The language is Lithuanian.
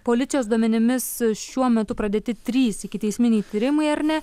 policijos duomenimis šiuo metu pradėti trys ikiteisminiai tyrimai ar ne